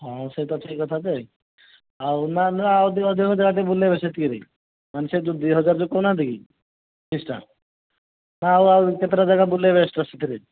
ହଁ ସେ ତ ଠିକ୍ କଥା ଯେ ଆଉ ନା ନା ଆଉ ଅଧିକ ଜାଗା ଟିକିଏ ବୁଲାଇବେ ସେତିକିରେ ମାନେ ସେ ଦୁଇ ହଜାର ଯେଉଁ କହୁନାହାନ୍ତି ଫିସ୍ଟା ନା ଆଉ ଆଉ କେତେଟା ଜାଗା ବୁଲେଇବେ ସେତିକିରେ